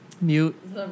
Mute